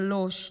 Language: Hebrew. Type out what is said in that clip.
בת שלוש,